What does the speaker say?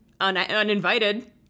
uninvited